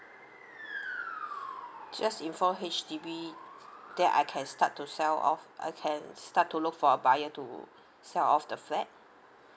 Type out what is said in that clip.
just inform H_D_B then I can start to sell off I can start to look for a buyer to sell off the flat